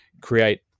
create